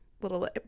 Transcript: little